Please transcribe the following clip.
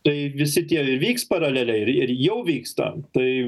tai visi tie vyks paraleliai ir ir jau vyksta tai